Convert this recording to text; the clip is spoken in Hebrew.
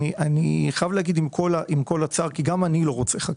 גם אני לא רוצה חקיקה,